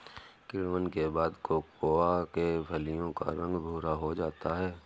किण्वन के बाद कोकोआ के फलियों का रंग भुरा हो जाता है